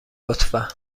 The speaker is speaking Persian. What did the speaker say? لطفا